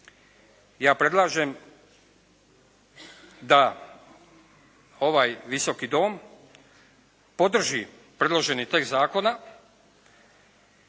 ja predlažem da ovaj Visoki dom podrži predloženi tekst zakona